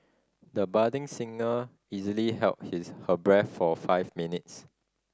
the budding singer easily held his her breath for five minutes